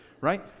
right